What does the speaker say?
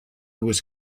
was